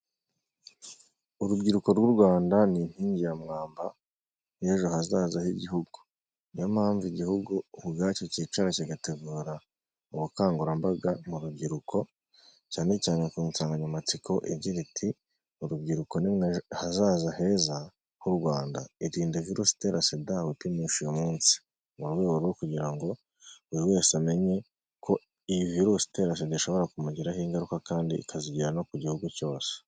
Urubyiruko rw'u Rwanda ni inkingi ya mwamba y'ejo hazaza h'igihugu, niyo mpamvu igihugu ubwacyo cyicara kigategura ubukangurambaga mu rubyiruko cyane cyane ku nsanganyamatsiko igira iti urubyiruko hazaza heza hu Rwanda. Irinde virusi itera Sida wipimisha uyu munsi mu rwego rwo kugira ngo buri wese amenye ko iyi virusi itera sida ishobora kumugiraho ingaruka kandi ikazigira no ku gihugu cyose.